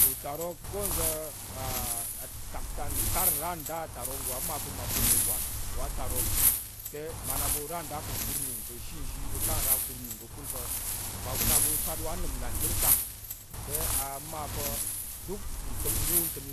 Utarok ko nza̱ á ntak ntán ntar nra nda atarok nggo amma pa̱ mmaɓu ununggwan wa tarok te mmaɓu nna ɓu tar nra nda nkur nung ka̱ ashe nzhi, ɓu ra nda nkur nung ka̱kul pa̱ mmaɓu na ɓu sat wa anəm uga n dər atak te amma pa̱ duk ntəm ɓu ntəm